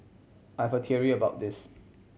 I've a theory about this